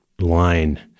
line